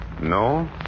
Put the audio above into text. No